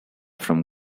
from